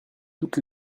toutes